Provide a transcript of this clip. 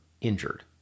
injured